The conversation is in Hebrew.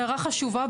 הערה חשובה,